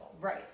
Right